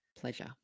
pleasure